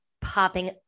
popping